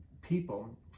people